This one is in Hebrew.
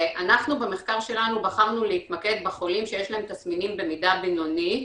ואנחנו במחקר שלנו בחרנו להתמקד בחולים שיש להם תסמינים במידה בינונית,